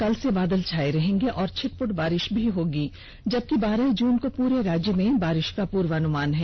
कल से बादल छायेंगे और छिटपुट बारिष भी होगी जबकि बारह जून को पूरे राज्य में बारिष का पूर्वानुमान है